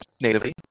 natively